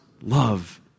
love